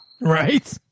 right